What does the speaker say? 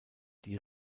die